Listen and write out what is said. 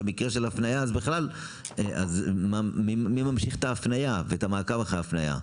במקרה של הפניה מי ממשיך את ההפניה ואת המעקב אחרי ההפניה?